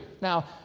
Now